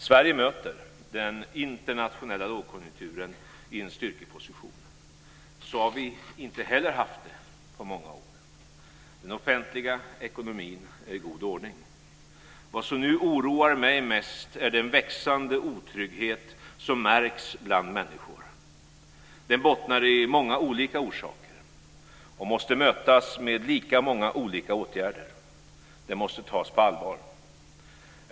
Sverige möter den internationella lågkonjunkturen i en styrkeposition. Så har vi inte heller haft det på många år. Den offentliga ekonomin är i god ordning. Vad som nu oroar mig mest är den växande otrygghet som märks bland människor. Den bottnar i många olika orsaker och måste mötas med lika många olika åtgärder. Den måste tas på allvar.